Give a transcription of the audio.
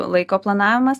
laiko planavimas